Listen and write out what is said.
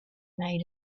made